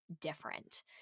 different